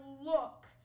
look